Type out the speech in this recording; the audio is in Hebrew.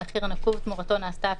המחיר הנקוב תמורתו נעשתה הפעולה,